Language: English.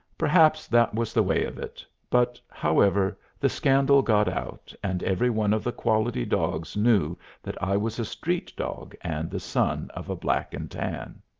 perhaps that was the way of it, but, however, the scandal got out, and every one of the quality-dogs knew that i was a street-dog and the son of a black-and-tan.